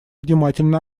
внимательно